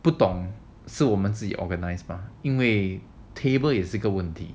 不懂是我们自己 organise 吗因为 table 也是个问题